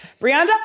Brianda